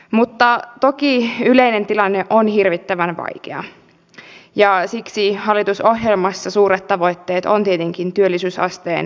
mutta toki yleinen tilanne on hirvittävän vaikea ja siksi hallitusohjelmassa suuret tavoitteet ovat tietenkin työllisyysasteen kohottamiseksi